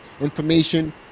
Information